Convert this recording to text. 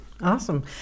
Awesome